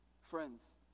friends